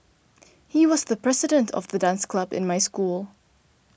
he was the president of the dance club in my school